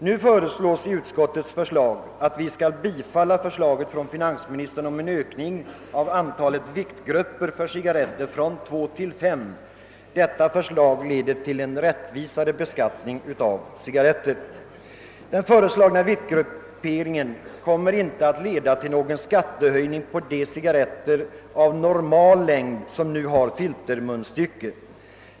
Nu föreslår utskottet att vi skall bifalla finansministerns förslag om en ökning av antalet viktgrupper för cigarretter från två till fem, vilket leder till en rättvisare beskattning av cigarretterna. Den «<föreslagna <viktgrupperingen kommer inte att medföra någon skattehöjning på de cigarretter av normal längd som har filtermunstycke.